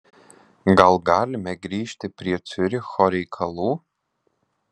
gal galime grįžti prie ciuricho reikalų